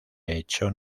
echó